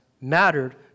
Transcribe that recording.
mattered